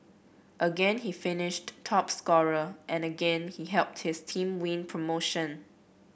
again he finished top scorer and again he helped his team win promotion